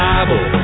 Bible